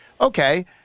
okay